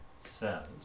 says